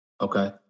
Okay